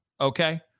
Okay